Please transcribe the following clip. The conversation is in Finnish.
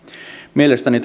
mielestäni